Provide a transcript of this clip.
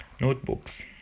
notebooks